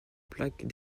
plaques